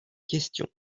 questions